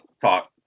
talk